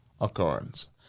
occurrence